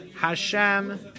Hashem